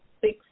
six